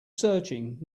searching